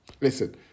listen